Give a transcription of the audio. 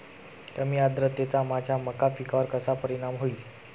कमी आर्द्रतेचा माझ्या मका पिकावर कसा परिणाम होईल?